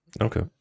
Okay